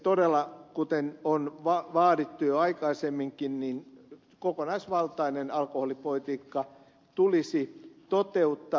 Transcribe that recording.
todella kuten on vaadittu jo aikaisemminkin kokonaisvaltainen alkoholipolitiikka tulisi toteuttaa